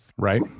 Right